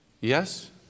Yes